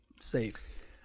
safe